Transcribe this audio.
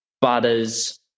Butters-